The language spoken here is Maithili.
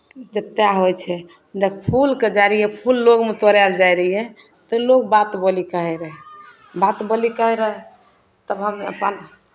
जतेक होइ छै ज् फूलके जाइ रहियै फूल लोगमे तोड़य लेल जाइ रहियै तऽ लोग बात बोली कहैत रहय बात बोली कहैत रहय तऽ हम अपन